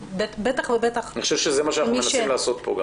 ובטח ובטח --- אני חושב שזה מה שאנחנו מנסים לעשות פה.